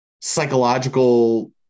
psychological